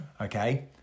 okay